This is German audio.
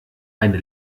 eine